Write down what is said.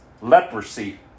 leprosy